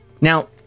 Now